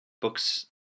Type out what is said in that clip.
book's